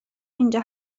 اینجا